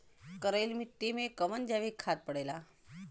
करइल मिट्टी में कवन जैविक खाद पड़ेला?